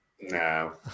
No